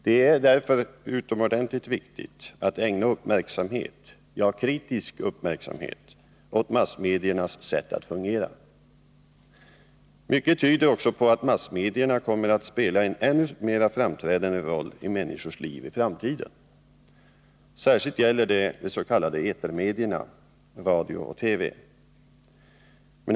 Det är därför utomordentligt viktigt att ägna uppmärksamhet, ja, kritisk uppmärksamhet, åt massmediernas sätt att fungera. Mycket tyder också på att massmedierna kommer att spela en ännu mera framträdande roll i människors liv i framtiden. Särskilt gäller det de s.k. etermedierna, radio och TV.